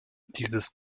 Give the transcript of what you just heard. dieses